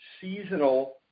seasonal